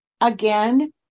Again